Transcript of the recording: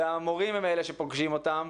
והמורים הם אלה שפוגשים אותם,